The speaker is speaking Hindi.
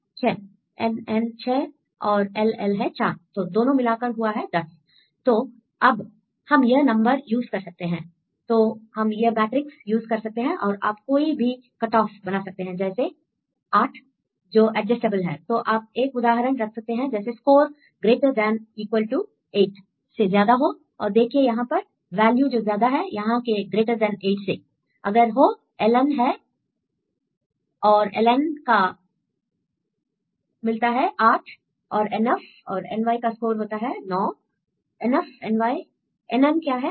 स्टूडेंट 6 6 NN 6 6 और LL है 4 तो दोनों मिलाकर हुआ है 10 तो अब हम यह नंबर यूज़ कर सकते हैं I तो हम यह मैट्रिक्स यूज कर सकते हैं और आप कोई भी कट ऑफ बना सकते हैं जैसे 8 जो एडजेस्टटेबल है I तो आप एक उदाहरण रख सकते हैं जैसे score greater than equal to 8 से ज्यादा हो और देखिए यहां पर वैल्यू जो ज्यादा हैं यहां के greater than 8 से I अगर हो LN है और LN का मिलता है 8 और NF और NY का स्कोर होता है 9 NF NY NN क्या है